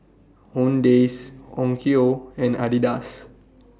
Owndays Onkyo and Adidas